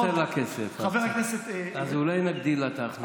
חסר לה כסף, אז אולי נגדיל לה את ההכנסה.